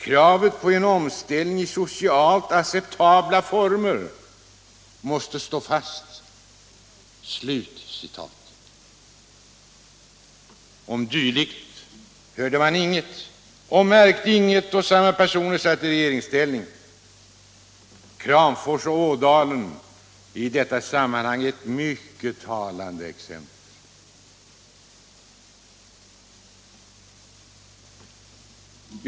Kravet på en omställning i socialt acceptabla former måste stå fast.” Om dylikt hörde och märkte man inget då samma personer satt i regeringsställning. Kramfors och Ådalen är i detta sammanhang ett mycket talande exempel.